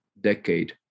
decade